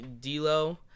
D-Lo